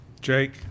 Jake